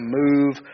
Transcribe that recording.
move